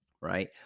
right